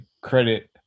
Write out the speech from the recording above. credit